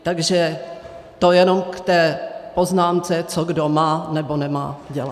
Takže to jenom k té poznámce, co kdo má, nebo nemá dělat.